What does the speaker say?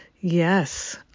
Yes